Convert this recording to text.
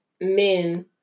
men